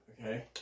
okay